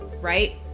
right